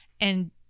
And-